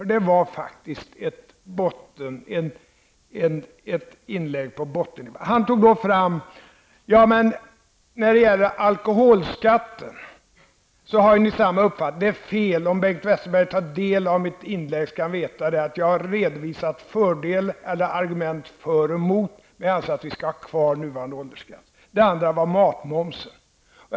Det var faktiskt ett inlägg på bottennivå. Han sade att vi har samma uppfattning när det gäller alkoholskatten. Det är fel. Om Bengt Westerberg hade tagit del av mitt inlägg skulle han ha vetat att jag redovisat argument för och emot, men jag anser att vi skall ha kvar nuvarande åldersgränser. Matmomsen togs också upp.